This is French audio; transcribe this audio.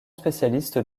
spécialiste